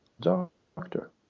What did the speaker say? doctor